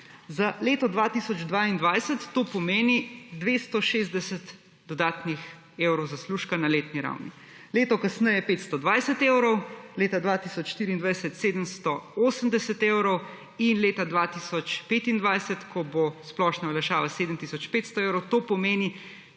Za leto 2022 to pomeni 260 dodatnih evrov zaslužka na letni ravni. Leto kasneje 520 evrov, leta 2024 780 evrov in leta 2025, ko bo splošna olajšava 7 tisoč 500 evrov, to pomeni